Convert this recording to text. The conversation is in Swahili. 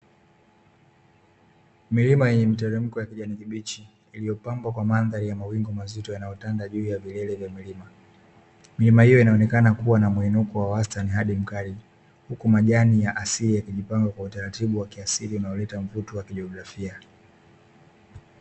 Milima yenye miteremko ya kijani kibichi, iliyopambwa kwa mandhari ya mawingu mazito yanayotanda juu ya vilele vya milima. Milima hiyo inaonekana kuwa na muinuko ya wastani hadi mkali, huku majani ya asili yakijipanga kwa utaratibu wa kiasili; unaoleta mvuto wa kijiografia.